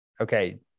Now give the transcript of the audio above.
Okay